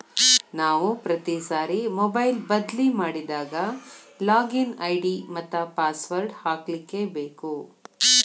ನಾವು ಪ್ರತಿ ಸಾರಿ ಮೊಬೈಲ್ ಬದ್ಲಿ ಮಾಡಿದಾಗ ಲಾಗಿನ್ ಐ.ಡಿ ಮತ್ತ ಪಾಸ್ವರ್ಡ್ ಹಾಕ್ಲಿಕ್ಕೇಬೇಕು